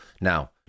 Now